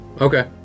Okay